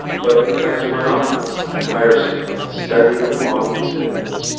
but becomes monotonous and tiresome from its steady and long continuance.